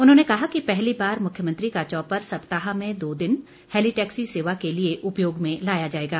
उन्होंने कहा कि पहली बार मुख्यमंत्री का चौपर सप्ताह में दो दिन हैलीटैक्सी सेवा के लिए उपयोग में लाया जाएगा